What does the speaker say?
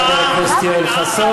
תודה רבה לחבר הכנסת יואל חסון.